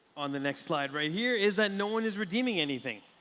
on the next slide right here is that no one is redeeming anything.